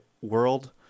world